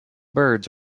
birds